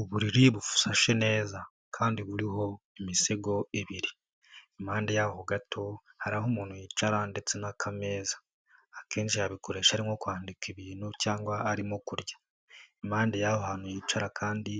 Uburiri busashe neza kandi buriho imisego ibiri. Impande yaho gato hari aho umuntu yicara ndetse n'akameza. Akenshi yabikoresha ari nko kwandika ibintu cyangwa arimo kurya. Impande y'aho hantu yicara kandi